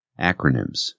Acronyms